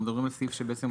אנחנו מדברים על סעיף אחר.